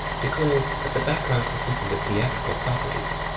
declared that the background con sisted of theatrical properties,